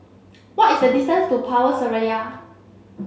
what is the distance to Power Seraya